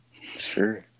Sure